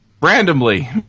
randomly